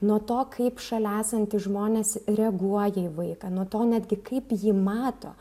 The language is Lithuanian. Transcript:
nuo to kaip šalia esantys žmonės reaguoja į vaiką nuo to netgi kaip jį mato